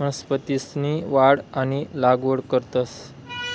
वनस्पतीसनी वाढ आणि लागवड करतंस